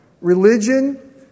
Religion